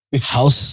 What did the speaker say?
house